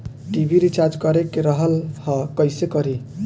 TV recharge करे के रहल ह कइसे करी?